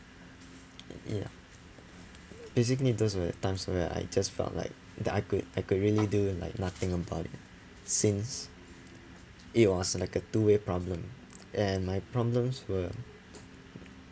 ya basically those were times where I just felt like that I could I could really do like nothing about it since it was like a two way problem and my problems were